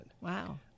Wow